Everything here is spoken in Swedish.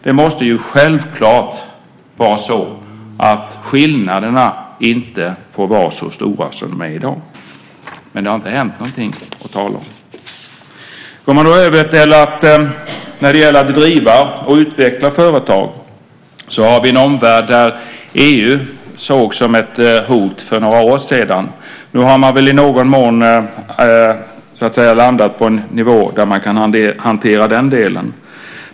Det måste självklart vara så att skillnaderna inte får vara så stora som de är i dag - men det har inte hänt någonting att tala om. När det gäller att driva och utveckla företag har vi en omvärld där EU sågs som ett hot för några år sedan. Nu har man väl i någon mån landat på en nivå där man kan hantera den delen.